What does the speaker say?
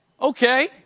okay